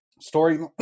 Story